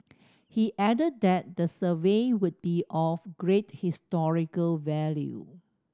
he added that the survey would be of great historical value